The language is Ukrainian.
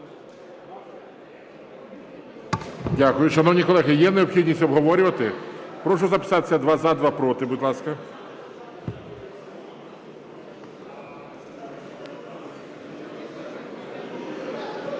Дякую. Шановні колеги, є необхідність обговорювати? Прошу записатись: два – за, два – проти, будь ласка.